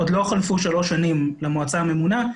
עוד לא חלפו שלוש שנים למועצה הממונה,